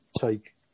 take